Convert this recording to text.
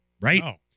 Right